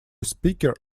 speaker